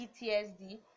PTSD